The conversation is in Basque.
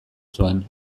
zuen